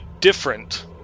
different